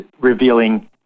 revealing